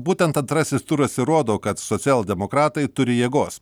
būtent antrasis turas ir rodo kad socialdemokratai turi jėgos